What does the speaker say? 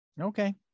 Okay